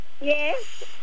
Yes